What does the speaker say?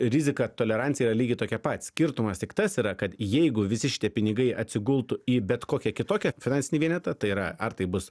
rizika tolerancija lygiai tokie pat skirtumas tik tas yra kad jeigu visi šitie pinigai atsigultų į bet kokią kitokią finansinį vienetą tai yra ar tai bus